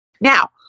Now